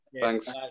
Thanks